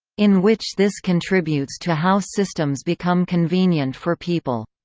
in which this contributes to how systems become convenient for people.